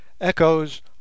Echoes